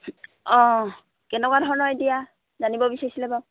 অঁ কেনেকুৱা ধৰণৰ এতিয়া জানিব বিচাৰিছিলে বাও